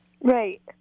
Right